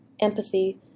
empathy